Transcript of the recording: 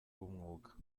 b’umwuga